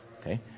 Okay